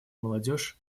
молодежь